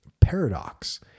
paradox